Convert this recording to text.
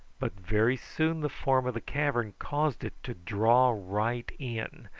but very soon the form of the cavern caused it to draw right in,